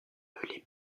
appelée